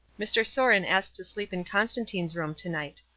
mr. sorin asked to sleep in constantine's room to-night.